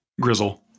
Grizzle